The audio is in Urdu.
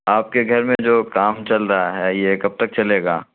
آپ کے گھر میں جو کام چل رہا ہے یہ کب تک چلے گا